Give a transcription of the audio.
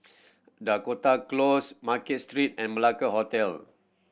Dakota Close Market Street and Malacca Hotel